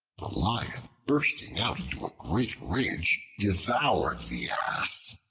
the lion, bursting out into a great rage, devoured the ass.